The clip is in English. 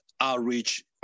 outreach